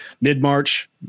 mid-March